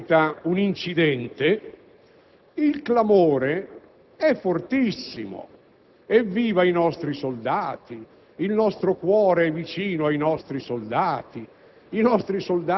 Chiunque ne fa gli elogi, chiunque afferma che dobbiamo essere solidali con loro e chiunque dice che debbono essere adeguatamente equipaggiati.